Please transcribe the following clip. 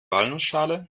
walnussschale